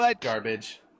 garbage